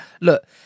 Look